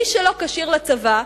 מי שלא כשיר לצבא,